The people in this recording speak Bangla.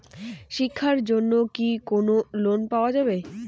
শিক্ষার জন্যে কি কোনো লোন পাওয়া যাবে?